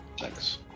Thanks